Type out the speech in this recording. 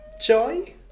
Joy